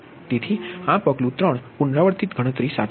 તેથી આ પગલું 3 પુનરાવર્તિત ગણતરી સાચી છે